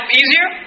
easier